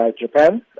Japan